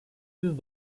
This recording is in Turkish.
yüz